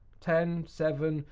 ten, seven.